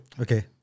Okay